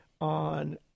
on